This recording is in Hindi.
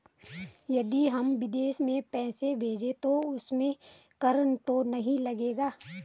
यदि हम विदेश में पैसे भेजेंगे तो उसमें कर तो नहीं लगेगा?